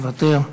מוותר.